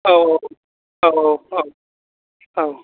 औ औ औ औ औ औ